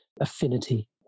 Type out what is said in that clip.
affinity